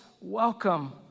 welcome